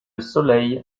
soleil